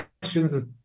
questions